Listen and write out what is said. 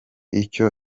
icyo